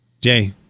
Jay